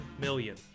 million